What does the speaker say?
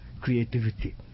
creativity